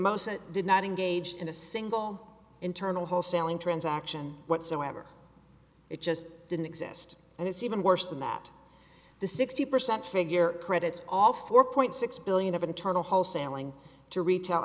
most it did not engage in a single internal wholesaling transaction whatsoever it just didn't exist and it's even worse than that the sixty percent figure credits all four point six billion of internal wholesaling to retail